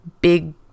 big